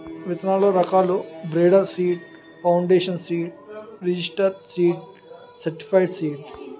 విత్తనాల్లో రకాలు breeder seed, foundation seed, registered seed, certified seed